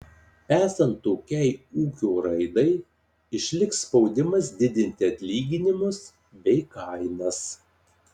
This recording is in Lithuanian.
esant tokiai ūkio raidai išliks spaudimas didinti atlyginimus bei kainas